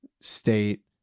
State